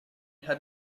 had